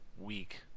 weak